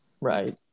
Right